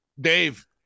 Dave